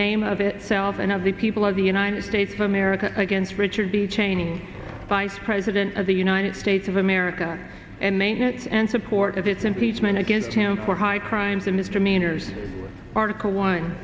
name of it self and of the people of the united states of america against richard b cheney vice president of the united states of america and maintenance and support of its impeachment against him for high crimes and misdemeanors article one